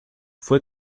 fue